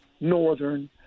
northern